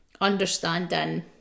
understanding